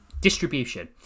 distribution